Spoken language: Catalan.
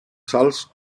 salts